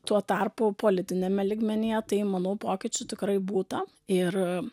tuo tarpu politiniame lygmenyje tai manau pokyčių tikrai būta ir